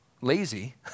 lazy